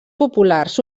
populars